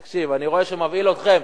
תקשיב, אני רואה שהוא מבהיל אתכם.